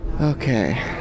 okay